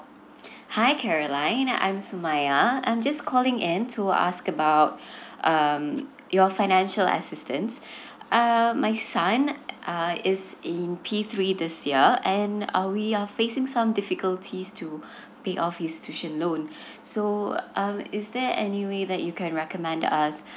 hi caroline I'm sumayya I'm just calling in to ask about um your financial assistance err my son uh is in p three this year and uh we are facing some difficulties to pay off his tuition loan so um is there any way that you can recommend us